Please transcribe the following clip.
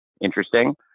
interesting